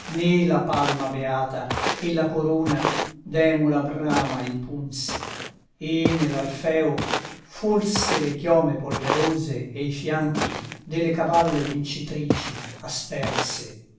né la palma beata e la corona d'emula brama il punse e nell'alfeo forse le chiome polverose e i fianchi delle cavalle vincitrici asterse tal